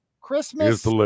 Christmas